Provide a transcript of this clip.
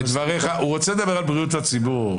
הוא רוצה לדבר על בריאות הציבור.